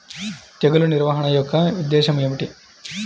తెగులు నిర్వహణ యొక్క ఉద్దేశం ఏమిటి?